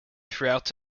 throughout